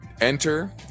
enter